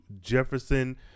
Jefferson